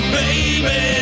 baby